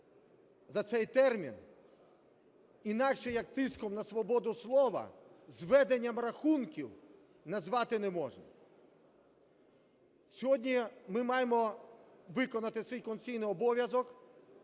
за цей термін, інакше як тиском на свободу слова, зведенням рахунків, назвати не можна. Сьогодні ми маємо виконати цей конституційний обов'язок